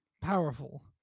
powerful